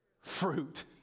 Fruit